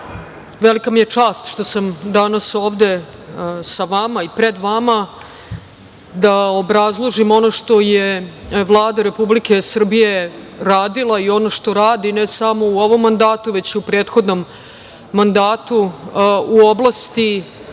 velika mi je čast što sam danas ovde sa vama i pred vama, da obrazložim ono što je Vlada Republike Srbije radila i ono što radi, ne samo u ovom mandatu već i u prethodnom mandatu, u oblasti